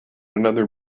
another